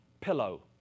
pillow